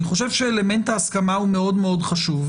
אני חושב שאלמנט ההסכמה הוא מאוד חשוב.